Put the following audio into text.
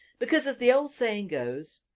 because as the old saying goes,